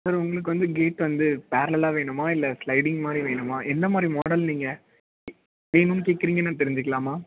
sir உங்களுக்கு வந்து gate வந்து பேரலலாக வேணுமா இல்லை ஸ்லைடிங் மாதிரி வேணுமா என்ன மாதிரி மாடல் நீங்கள் வேணும்னு கேக்கிறீங்க நான் தெரிஞ்சுக்கலாமா